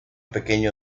pequeño